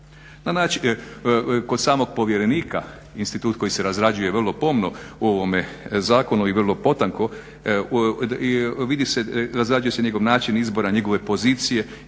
zakona. Kod samog povjerenika, institut koji se razrađuje vrlo pomno u ovome zakonu i vrlo potanko razrađuje se njegov način izbra, njegove pozicije